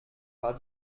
war